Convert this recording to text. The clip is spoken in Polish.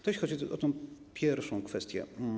To jeśli chodzi o tę pierwszą kwestię.